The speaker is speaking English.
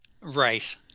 Right